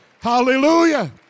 Hallelujah